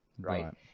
right